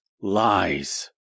lies